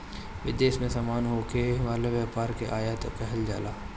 विदेश में सामान होखे वाला व्यापार के आयात कहल जाला